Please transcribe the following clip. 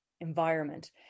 environment